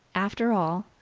after all,